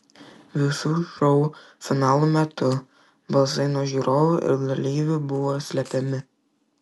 visų šou finalų metu balsai nuo žiūrovų ir dalyvių buvo slepiami